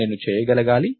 నేను చేయగలగాలి